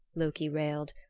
loki railed.